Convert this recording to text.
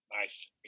Nice